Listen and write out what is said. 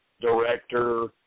director